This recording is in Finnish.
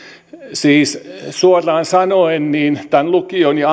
siis suoraan sanoen tämän lukion ja